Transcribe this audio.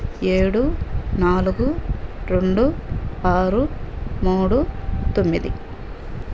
ఏడు నాలుగు రెండు ఆరు మూడు తొమ్మిది